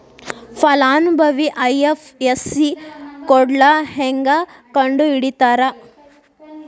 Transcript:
ಫಲಾನುಭವಿ ಐ.ಎಫ್.ಎಸ್.ಸಿ ಕೋಡ್ನಾ ಹೆಂಗ ಕಂಡಹಿಡಿತಾರಾ